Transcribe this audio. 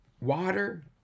water